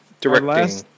directing